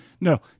No